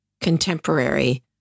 Contemporary